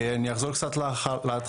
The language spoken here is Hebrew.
ואני אחזור קצת להתחלה,